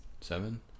Seven